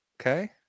Okay